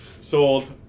Sold